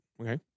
Okay